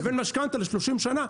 לבין משכנתה ל-30 שנה.